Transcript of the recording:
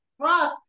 cross